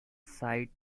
side